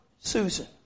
Susan